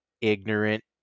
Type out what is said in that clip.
ignorant